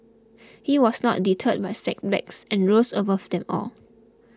he was not deterred by setbacks and rose above them all